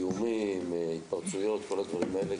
זיהומים, התפרצויות כל הדברים האלה.